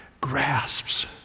grasps